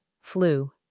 flu